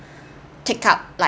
take up like